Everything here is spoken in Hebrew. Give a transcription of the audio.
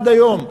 עד היום,